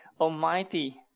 Almighty